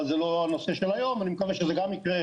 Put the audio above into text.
אבל זה לא הנושא של היום ,אני מקווה שזה גם יקרה,